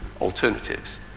alternatives